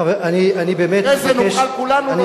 אחרי זה נוכל כולנו לומר,